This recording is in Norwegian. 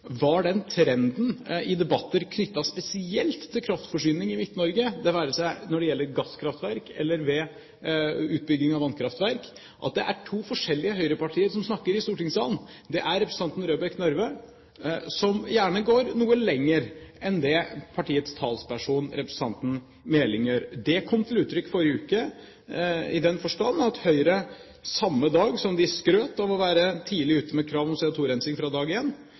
var den trenden i debatter knyttet spesielt til kraftforsyning i Midt-Norge, det være seg gasskraftverk eller utbygging av vannkraftverk; det er to forskjellige Høyre-partier som snakker i stortingssalen. Det er representanten Røbekk Nørve, som gjerne går noe lenger enn det partiets talsperson, representanten Meling gjør. Det kom til uttrykk tidligere i denne uka i den forstand at Høyre samme dag som de skrøt av å være tidlig ute med krav om CO2-rensing fra dag